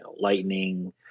lightning